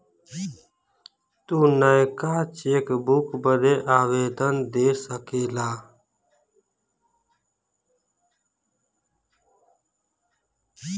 तू नयका चेकबुक बदे आवेदन दे सकेला